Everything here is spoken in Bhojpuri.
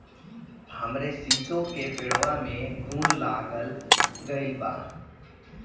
हमरे शीसो के पेड़वा में घुन लाग गइल बा